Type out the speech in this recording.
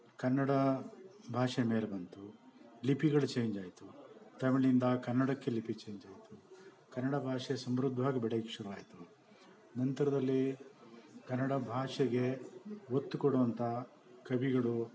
ಕನ್ನಡ ಭಾಷೆ ಮೇಲೆ ಬಂತು ಲಿಪಿಗಳು ಚೇಂಜ್ ಆಯಿತು ತಮಿಳಿಂದ ಕನ್ನಡಕ್ಕೆ ಲಿಪಿ ಚೇಂಜ್ ಆಯಿತು ಕನ್ನಡ ಭಾಷೆ ಸಮೃದ್ಧವಾಗಿ ಬೆಳೆಯೋಕೆ ಶುರು ಆಯಿತು ನಂತರದಲ್ಲಿ ಕನ್ನಡ ಭಾಷೆಗೆ ಒತ್ತು ಕೊಡುವಂಥ ಕವಿಗಳು